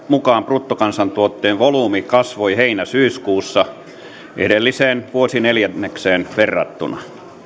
mukaan bruttokansantuotteen volyymi kasvoi heinä syyskuussa edelliseen vuosineljännekseen verrattuna